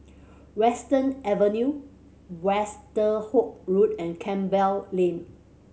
Western Avenue Westerhout Road and Campbell Lane